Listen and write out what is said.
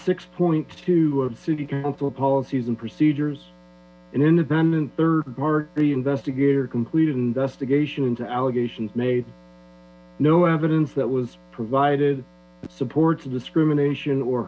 six point two city council policies and procedures an independent third party investigator completed an investigation into allegations made no evidence that was provided support for discrimination or